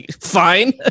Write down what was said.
Fine